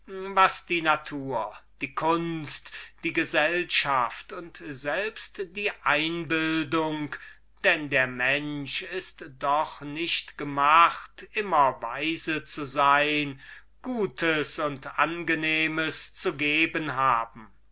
was die natur die kunst die gesellschaft und selbst die einbildung denn der mensch ist doch nicht gemacht immer weise zu sein gutes und angenehmes zu geben